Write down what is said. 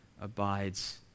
abides